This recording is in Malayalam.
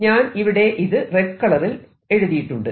ഞാൻ ഇവിടെ അത് റെഡ് കളറിൽ എഴുതിയിട്ടുണ്ട്